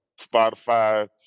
Spotify